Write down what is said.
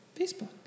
Facebook